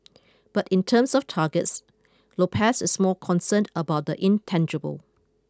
but in terms of targets Lopez is more concerned about the intangible